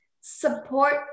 support